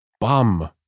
Bum